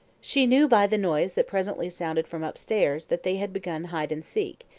she knew by the noise that presently sounded from upstairs that they had begun hide-and-seek,